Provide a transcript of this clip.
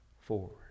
forward